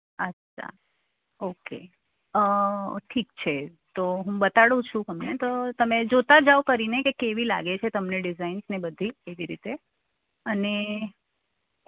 અચ્છા ઓકે ઠીક છે તો હું બતાડુ છું તમને તો તમે જોતાં જાવ પરીને કે કેવી લાગે છે તમને ડિજાઇન્સને બધી એવી રીતે અને